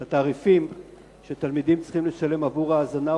את התעריפים שתלמידים צריכים לשלם עבור ההזנה,